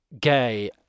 gay